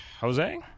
Jose